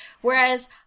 Whereas